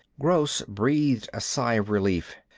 gross breathed a sigh of relief.